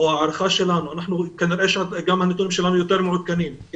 להערכתנו גם הנתונים שלנו יותר מעודכנים כי